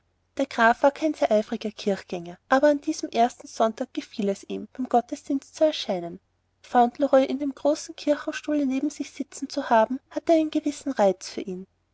der graf war kein sehr eifriger kirchgänger aber an diesem ersten sonntag gefiel es ihm beim gottesdienst zu erscheinen fauntleroy in dem großen kirchenstuhle neben sich sitzen zu haben hatte einen gewissen reiz für ihn